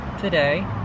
today